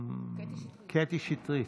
קטי שטרית.